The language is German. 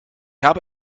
habe